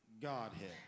Godhead